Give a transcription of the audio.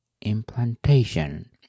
implantation